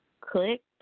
click